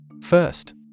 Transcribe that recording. First